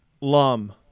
LUM